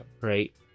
Right